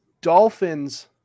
Dolphins